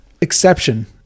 exception